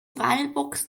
wallbox